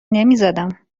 نمیزدم